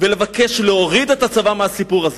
ולבקש להוריד את הצבא מהסיפור הזה.